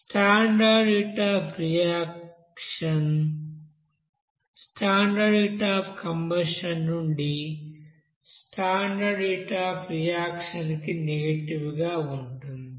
standard heat of reaction standard heat of combustion నుండి standard heat of reaction కి negative గా ఉంటుంది